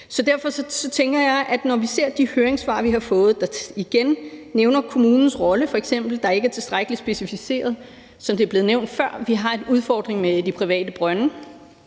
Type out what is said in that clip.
vi står med i dag. Vi ser, at de høringssvar, vi har fået, igen nævner f.eks. kommunens rolle, der ikke er tilstrækkelig specificeret. Som det er blevet nævnt før, har vi en udfordring med de private brønde.